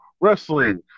wrestling